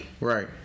right